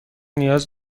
نیاز